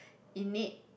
innate